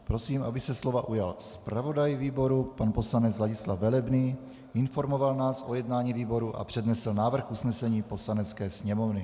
Prosím, aby se slova ujal zpravodaj výboru pan poslanec Ladislav Velebný, informoval nás o jednání výboru a přednesl návrh usnesení Poslanecké sněmovny.